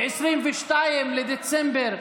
ב-22 בדצמבר,